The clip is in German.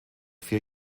vier